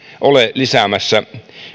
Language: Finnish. ole lisäämässä